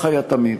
כך היה תמיד.